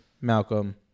Malcolm